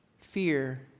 fear